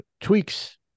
tweaks